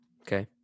Okay